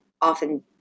often